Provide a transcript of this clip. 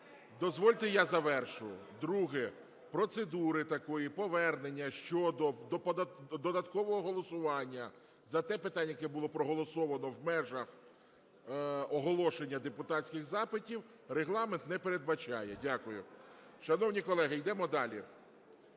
Дозвольте, я завершу? Друге. Процедури такої "повернення щодо додаткового голосування за те питання, яке було проголосовано в межах оголошення депутатських запитів" Регламент не передбачає. Дякую. Шановні колеги, йдемо далі.